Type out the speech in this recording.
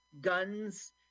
guns